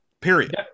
period